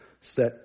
set